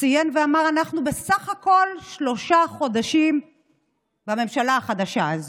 ציין ואמר: אנחנו בסך הכול שלושה חודשים בממשלה החדשה הזו,